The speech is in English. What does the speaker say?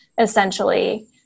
essentially